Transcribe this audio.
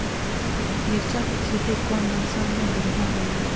मिरचा के खेती कौन मौसम मे बढ़िया होही?